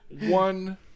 one